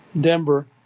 Denver